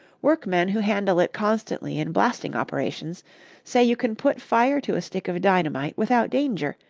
workmen who handle it constantly in blasting operations say you can put fire to a stick of dynamite without danger,